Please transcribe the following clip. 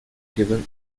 given